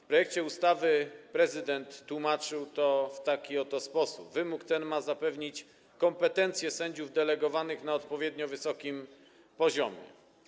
W projekcie ustawy prezydent tłumaczył to w taki oto sposób: wymóg ten ma zapewnić kompetencje sędziów delegowanych na odpowiednio wysokim poziomie.